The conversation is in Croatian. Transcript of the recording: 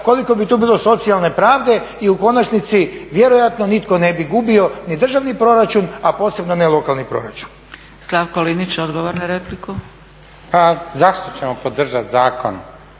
koliko bi tu bilo socijalne pravde i u konačnici, vjerojatno nitko ne bi gubio, ni državni proračuna, a posebno ne lokalni proračun. **Zgrebec, Dragica (SDP)** Slavko Linić, odgovor na repliku. **Linić, Slavko